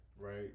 Right